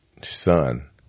son